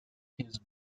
his